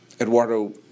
Eduardo